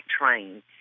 Train